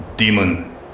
Demon